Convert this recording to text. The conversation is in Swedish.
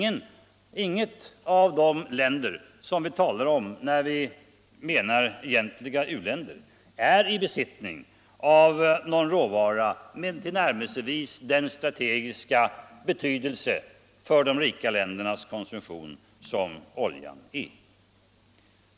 Och inget av de länder som vi talar om när vi menar egentliga u-länder är i besittning av någon råvara med tillnärmelsevis den strategiska betydelse för de rika ländernas konsumtion som oljan har.